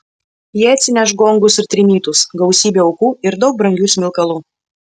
jie atsineš gongus ir trimitus gausybę aukų ir daug brangių smilkalų